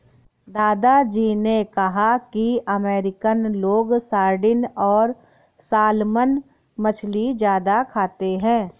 दादा जी ने कहा कि अमेरिकन लोग सार्डिन और सालमन मछली ज्यादा खाते हैं